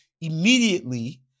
immediately